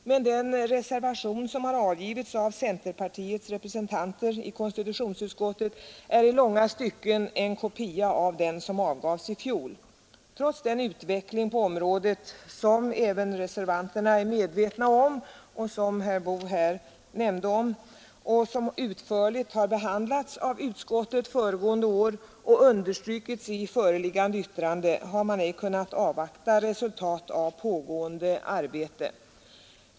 Men den reservation som har avgivits av centerpartiets representanter i konstitutionsutskottet är i långa stycken en kopia av den som avgavs i fjol. Trots utvecklingen på området — en utveckling som även reservanterna är medvetna om, som herr Boo här omnämnde, som utförligt har behandlats av utskottet föregående år och som understrukits i föreliggande yttrande — har man ej kunnat avvakta resultatet av pågående arbete.